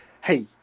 hey